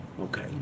Okay